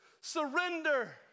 surrender